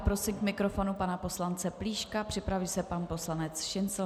Prosím k mikrofonu pana poslance Plíška, připraví se pan poslanec Šincl.